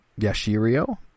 Yashirio